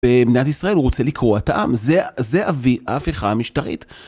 במדינת ישראל הוא רוצה לקרוע את העם, זה אבי ההפיכה המשטרית.